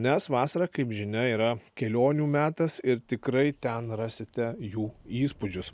nes vasara kaip žinia yra kelionių metas ir tikrai ten rasite jų įspūdžius